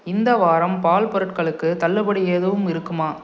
இந்த வாரம் பால் பொருட்களுக்கு தள்ளுபடி எதுவும் இருக்குமா